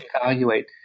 evaluate